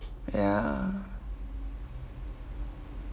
ya